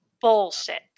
bullshit